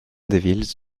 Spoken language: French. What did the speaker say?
devils